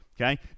okay